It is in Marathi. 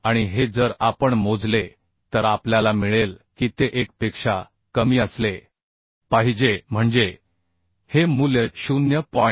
आणि हे जर आपण मोजले तर आपल्याला मिळेल की ते 1 पेक्षा कमी असले पाहिजे म्हणजे हे मूल्य 0